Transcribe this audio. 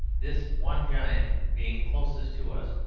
this one giant, being closest to us,